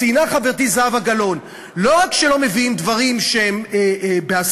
ציינה חברתי זהבה גלאון: לא רק שלא מביאים דברים שהם בהסכמה,